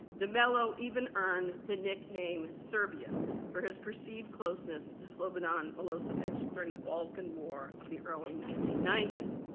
de mello even earned the nickname serbio for his perceived closeness to slobodan milosevic during the balkan war of the early nineteen ninety s.